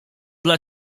dla